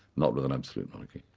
not with an absolute monarchy.